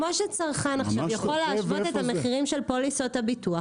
כמו שצרכן עכשיו יכול להשוות את המחירים של פוליסות הביטוח,